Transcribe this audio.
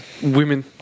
women